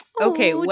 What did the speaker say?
Okay